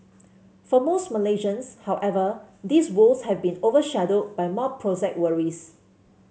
for most Malaysians however these woes have been overshadowed by more prosaic worries